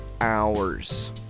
Hours